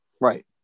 Right